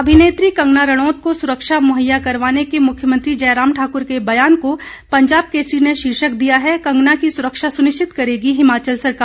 अभिनेत्री कंगना रणौत को सुरक्षा मुहैया करवाने के मुख्यमंत्री जयराम ठाकुर के बयान को पंजाब केसरी ने शीर्षक दिया है कंगना की सुरक्षा सुनिश्चित करेगी हिमाचल सरकार